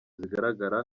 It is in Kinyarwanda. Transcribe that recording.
zigaragara